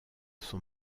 son